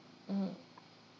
mm